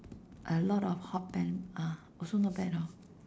a lot of hot air uh also not bad hor